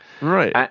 Right